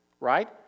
right